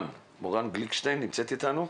למורן גליקשטיין מרמ"י.